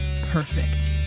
perfect